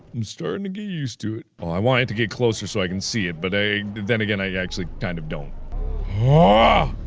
i'm starting to get used to it. oh, i wanted to get closer so i can see it but i then again i actually kind of don't ah